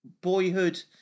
boyhood